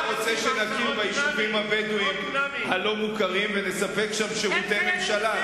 אתה רוצה שנכיר ביישובים הבדואיים הלא-מוכרים ונספק שם שירותי ממשלה,